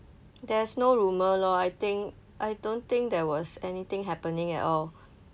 there's no rumour lor I think I don't think there was anything happening at all